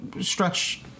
stretch